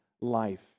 life